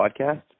Podcast